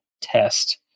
test